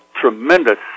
tremendous